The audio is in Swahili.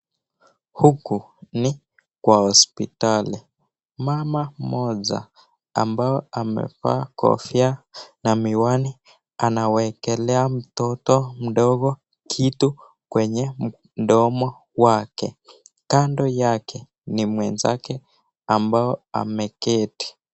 Huku ni kwa hospitali. Mama mmoja ambaye amevaa kofia na miwani anawekelea mtoto midogo kitu kwenye mdomo wake. kando yake ni mwenzake ambaye ameketi .